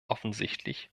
offensichtlich